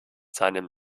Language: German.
seinem